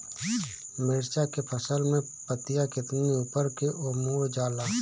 मिरचा के फसल में पतिया किनारे ऊपर के ओर मुड़ जाला?